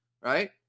Right